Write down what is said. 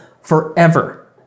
forever